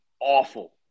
awful